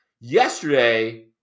Yesterday